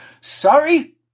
Sorry